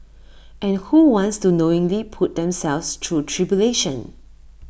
and who wants to knowingly put themselves through tribulation